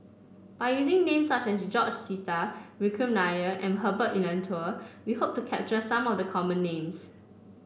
by using names such as George Sita Vikram Nair and Herbert Eleuterio we hope to capture some of the common names